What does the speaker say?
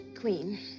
Queen